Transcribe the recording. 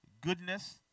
goodness